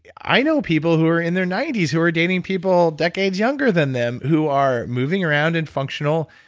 i know people who are in their ninety s who are dating people decades younger than them who are moving around and functional.